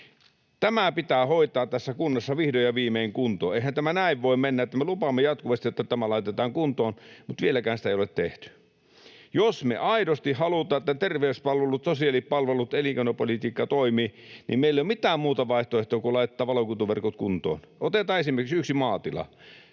Tämä pitää hoitaa tässä maassa vihdoin ja viimein kuntoon. Eihän tämä näin voi mennä, että me lupaamme jatkuvasti, että tämä laitetaan kuntoon, mutta vieläkään sitä ei ole tehty. Jos me aidosti halutaan, että terveyspalvelut, sosiaalipalvelut ja elinkeinopolitiikka toimivat, meillä ei ole mitään muuta vaihtoehtoa kuin laittaa valokuituverkot kuntoon. Otetaan esimerkiksi yksi maatila: